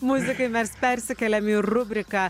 muzikai mes persikeliam į rubriką